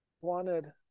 wanted